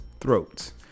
throats